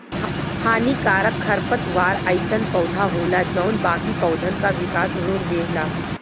हानिकारक खरपतवार अइसन पौधा होला जौन बाकी पौधन क विकास रोक देवला